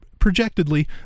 projectedly